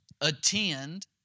attend